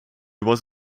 was